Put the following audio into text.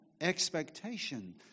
expectation